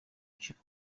gucika